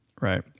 right